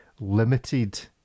limited